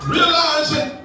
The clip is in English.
Realizing